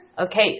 Okay